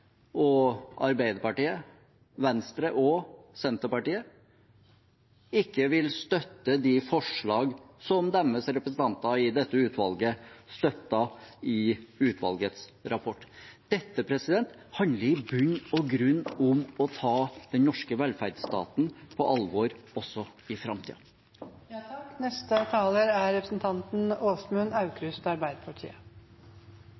Arbeiderpartiet, Venstre og Senterpartiet, ikke vil støtte de forslagene som deres representanter i dette utvalget støttet i utvalgets rapport. Dette handler i bunn og grunn om å ta den norske velferdsstaten på alvor også i